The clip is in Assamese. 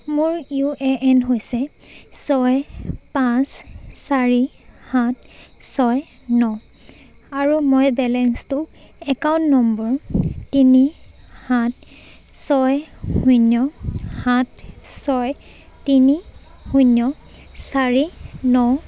মোৰ ইউ এ এন হৈছে ছয় পাঁচ চাৰি সাত ছয় ন আৰু মই বেলেন্সটো একাউণ্ট নম্বৰ তিনি সাত ছয় শূন্য সাত ছয় তিনি শূন্য চাৰি ন